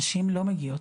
נשים לא מגיעות.